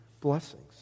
blessings